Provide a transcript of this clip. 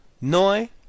Noi